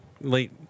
late